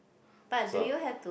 so